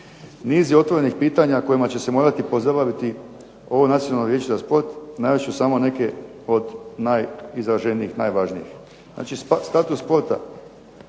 Niz je otvorenih pitanja kojima će se morati pozabaviti ovo nacionalno vijeće za sport. Navest ću samo neke od najizraženijih, najvažnijih. Znači, status sporta.